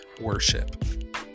worship